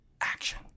action